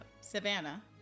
Savannah